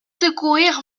secourir